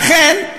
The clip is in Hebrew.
ואכן,